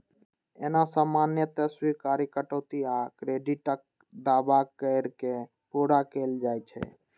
एना सामान्यतः स्वीकार्य कटौती आ क्रेडिटक दावा कैर के पूरा कैल जाइ छै